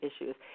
issues